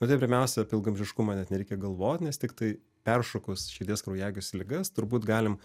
bet ir pirmiausia ilgaamžiškumą net nereikia galvot nes tiktai peršokus širdies kraujagyslių ligas turbūt galim